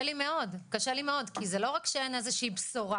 לי מאוד כי זה לא רק שאין איזו שהיא בשורה,